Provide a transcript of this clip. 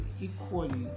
equally